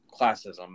classism